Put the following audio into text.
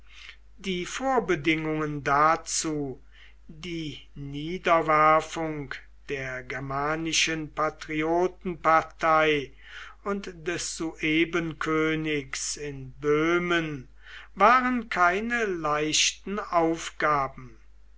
die vorbedingungen dazu die niederwerfung der germanischen patriotenpartei und des suebenkönigs in böhmen waren keine leichten aufgaben